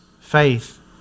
faith